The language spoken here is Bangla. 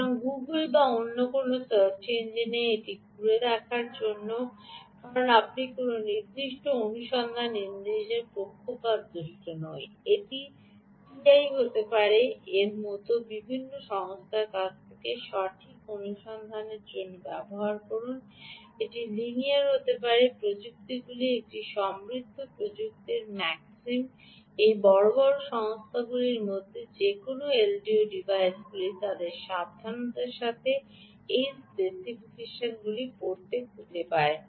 সুতরাং গুগল বা অন্য কোনও সার্চ ইঞ্জিনে এটি ঘুরে দেখার জন্য কারণ আমি কোনও নির্দিষ্ট অনুসন্ধান ইঞ্জিনের পক্ষপাতদুষ্ট নই এটি টিআই হতে পারে এর মতো বিভিন্ন সংস্থার কাছ থেকে সঠিক অনুসন্ধানের জন্য ব্যবহার করুন এটি লিনিয়ার হতে পারে প্রযুক্তিগুলি এটি সমৃদ্ধ প্রযুক্তি হতে পারে ম্যাক্সিম বা এই বড় বড় সংস্থাগুলির মধ্যে যে কোনও এলডিও ডিভাইসগুলি তাদের সাবধানতার সাথে এই স্পেসিফিকেশনগুলি পড়তে খুঁজে পায়